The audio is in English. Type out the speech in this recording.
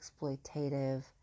exploitative